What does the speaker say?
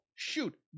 Shoot